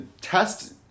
test